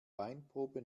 weinprobe